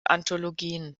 anthologien